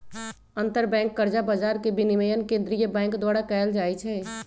अंतरबैंक कर्जा बजार के विनियमन केंद्रीय बैंक द्वारा कएल जाइ छइ